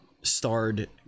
starred